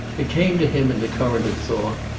it came to him in the current of thought,